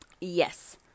yes